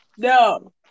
No